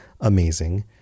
amazing